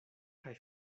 kaj